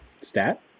Stat